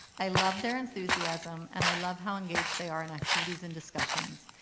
i love their enthusiasm and i love how engaged they are in activities and discussions.